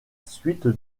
suite